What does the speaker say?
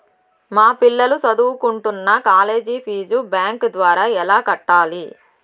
మా పిల్లలు సదువుకుంటున్న కాలేజీ ఫీజు బ్యాంకు ద్వారా ఎలా కట్టాలి?